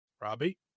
Robbie